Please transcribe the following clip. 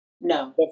no